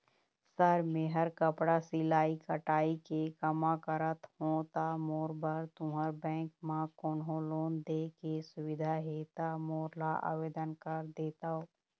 Sir मेहर कपड़ा सिलाई कटाई के कमा करत हों ता मोर बर तुंहर बैंक म कोन्हों लोन दे के सुविधा हे ता मोर ला आवेदन कर देतव?